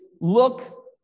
look